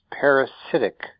parasitic